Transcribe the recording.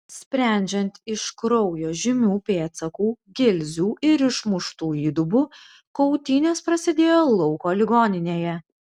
sprendžiant iš kraujo žymių pėdsakų gilzių ir išmuštų įdubų kautynės prasidėjo lauko ligoninėje